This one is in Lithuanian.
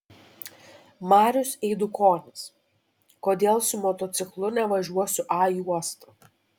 marius eidukonis kodėl su motociklu nevažiuosiu a juosta